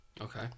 Okay